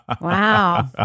Wow